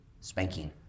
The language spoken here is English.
spanking